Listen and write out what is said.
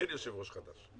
אין יושב-ראש חדש.